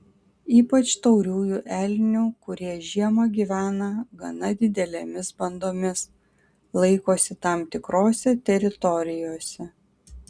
ypač tauriųjų elnių kurie žiemą gyvena gana didelėmis bandomis laikosi tam tikrose teritorijose